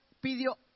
pidió